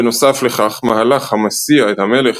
בנוסף לכך, מהלך המסיע את המלך